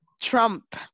Trump